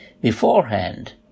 beforehand